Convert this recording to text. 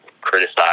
criticize